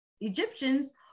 egyptians